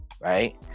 right